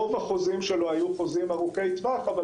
רוב החוזים שלו היו חוזים שלו היו ארוכי טווח אבל